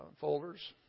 folders